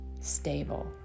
stable